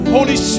Holy